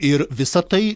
ir visa tai